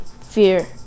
fear